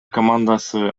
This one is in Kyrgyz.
командасы